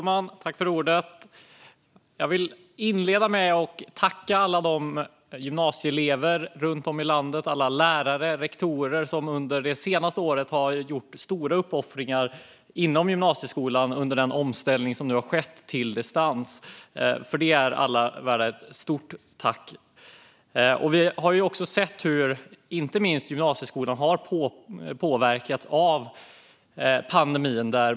Fru talman! Jag vill inleda med att tacka alla elever, lärare och rektorer i gymnasieskolan runt om i landet som under det senaste året har gjort stora uppoffringar i samband med den omställning till distans som har skett. För detta är alla värda ett stort tack. Vi har sett hur inte minst gymnasieskolan har påverkats av pandemin.